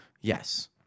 Yes